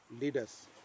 leaders